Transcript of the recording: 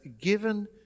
given